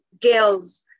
girls